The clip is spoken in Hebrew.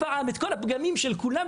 הפגמים של כולם,